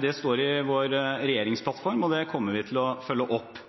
Det står i vår regjeringsplattform, og det kommer vi til å følge opp.